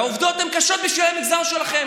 והעובדות הן קשות בשביל המגזר שלכם.